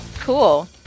Cool